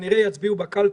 שכנראה יצביעו בקלפי,